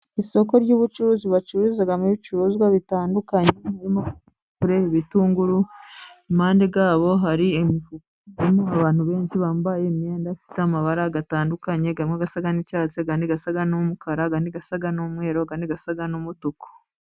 Isoko ry'ubucuruzi bacururizamo ibicuruzwa bitandukanye birimo kure. Ibitunguru impande zabo harimo abantu benshi bambaye imyenda ifite amabara atandukanye, arimo asa n'icyatsi, asa n'umuka, asa n'umweru, n'asa n'umutuku.